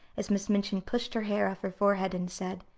as miss minchin pushed her hair off her forehead and said